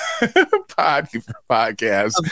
podcast